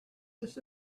this